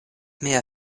mia